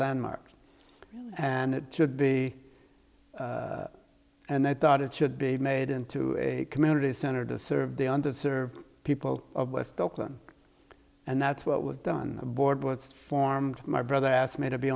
landmarks and it should be and i thought it should be made into a community center to serve the under served people of west oakland and that's what was done the board was formed my brother asked me to be